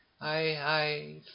i-i